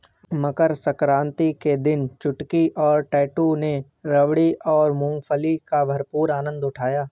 मकर सक्रांति के दिन चुटकी और टैटू ने रेवड़ी और मूंगफली का भरपूर आनंद उठाया